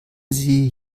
sie